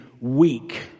weak